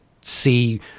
see